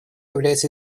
является